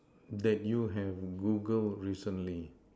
that you have Google recently